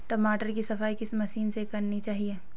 टमाटर की सफाई किस मशीन से करनी चाहिए?